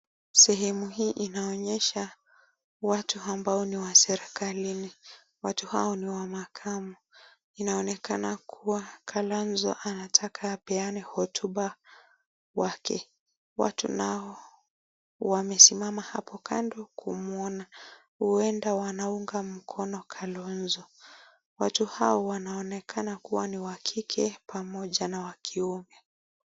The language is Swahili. Sehemu hii inaonyesha watu ambao ni wa serekali watu hao ni wa makamu inaonekana kuwa Kalonzo anataka apeane hotuba yake watu nao wamesimama hapo kando kumuona huenda wanaunga mkono Kalonzo watu hawa wanaonekana kuwa ni wa kike pamoja na wa kiume.